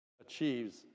achieves